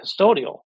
custodial